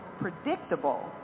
predictable